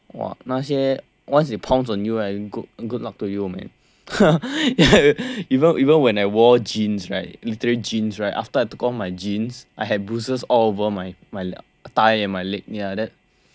哇那些 once it pounce on you right good good luck to you man even even when I wore jeans right literal jeans right after I took off my jeans I had bruises all over my thigh and my leg